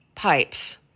pipes